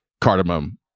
cardamom